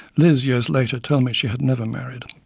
liz, years later, told me she had never married.